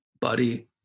buddy